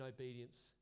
obedience